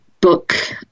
book